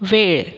वेळ